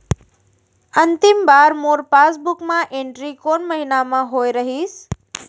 अंतिम बार मोर पासबुक मा एंट्री कोन महीना म होय रहिस?